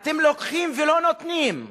אתם לוקחים ולא נותנים,